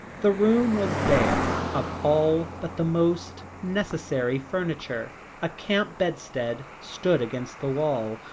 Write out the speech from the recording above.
the room was bare of all but the most necessary furniture. a camp bedstead stood against the wall,